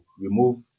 remove